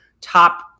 top